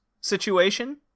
situation